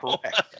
Correct